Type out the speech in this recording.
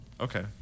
Okay